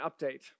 update